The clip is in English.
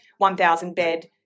1,000-bed